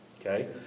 Okay